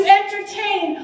entertain